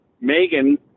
Megan